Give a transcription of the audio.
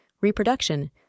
reproduction